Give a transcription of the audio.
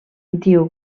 diu